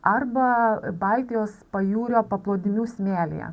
arba baltijos pajūrio paplūdimių smėlyje